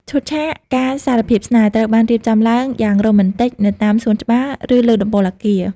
ឈុតឆាកការសារភាពស្នេហ៍ ត្រូវបានរៀបចំឡើងយ៉ាងរ៉ូមែនទិកនៅតាមសួនច្បារ ឬលើដំបូលអគារ។